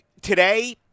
today